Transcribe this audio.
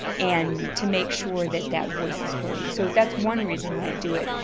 and to make sure that that voice is heard, so that's one reason why i do it.